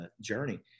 journey